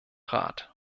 rat